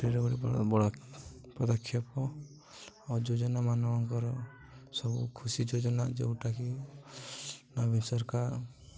କର ବ ପଦକ୍ଷେପ ଆ ଯୋଜନାମାନଙ୍କର ସବୁ ଖୁସି ଯୋଜନା ଯୋଉଟାକି ନବୀନ ସରକାର